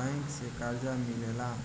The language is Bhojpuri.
बैंक से कर्जा मिलेला